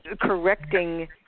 correcting